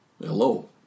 Hello